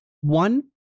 One